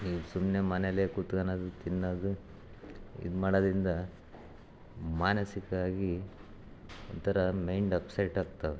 ನೀವು ಸುಮ್ಮನೆ ಮನೆಯಲ್ಲೇ ಕುತ್ಕಣದು ತಿನ್ನೋದು ಇದು ಮಾಡೋದ್ರಿಂದ ಮಾನಸಿಕ ಆಗಿ ಒಂಥರ ಮೈಂಡ್ ಅಪ್ಸೆಟ್ ಆಗ್ತವೆ